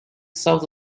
south